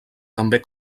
també